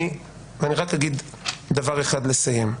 אני רק אגיד דבר אחד לסיום.